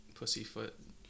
pussyfoot